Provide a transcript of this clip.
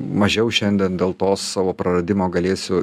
mažiau šiandien dėl to savo praradimo galėsiu